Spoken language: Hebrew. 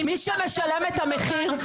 מי שמשלם את המחיר זה